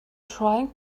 trying